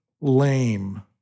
lame